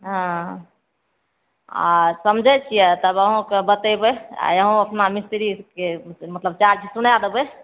हँ आओर समझै छिए तब अहूँकेँ बतेबै आओर अहूँ अपना मिस्त्रीके मतलब चार्ज सुनै देबै